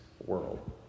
world